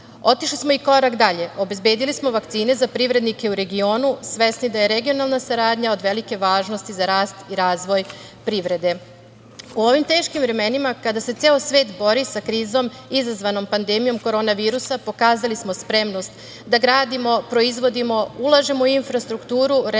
Otišli smo i korak dalje obezbedili smo vakcine za privrednike u regionu, svesni da je regionalna saradnja, od velike važnosti za rast i razvoj privrede.U ovim teškim vremenima kada se ceo svet bori sa krizom izazvanom pandemijom korona virusa, pokazali smo spremnost da gradimo, proizvodimo, ulažemo u infrastrukturu,